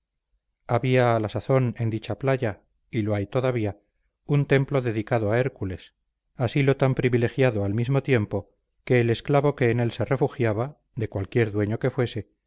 había a la sazón en dicha playa y lo hay todavía un templo dedicado a hércules asilo tan privilegiado al mismo tiempo que el esclavo que en él se refugiaba de cualquier dueño fuese